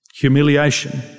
humiliation